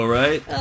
right